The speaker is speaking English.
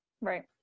Right